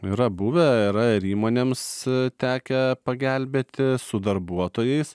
yra buvę yra ir įmonėms tekę pagelbėti su darbuotojais